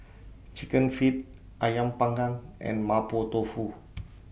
Chicken Feet Ayam Panggang and Mapo Tofu